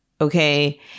Okay